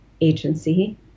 agency